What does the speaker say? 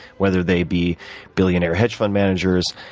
whether they be billionaire hedge-fund managers,